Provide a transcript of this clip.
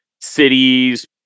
cities